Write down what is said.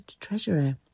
Treasurer